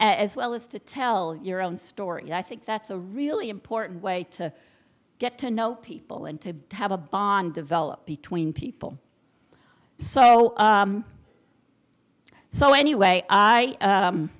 as well as to tell your own story and i think that's a really important way to get to know people and to have a bond develop between people so so anyway i